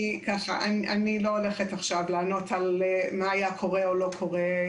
אני לא הולכת עכשיו לענות על מה היה קורה או לא קורה.